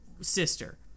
sister